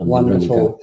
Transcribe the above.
Wonderful